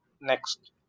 next